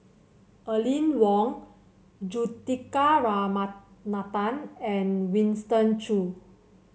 Aline Wong Juthika Ramanathan and Winston Choos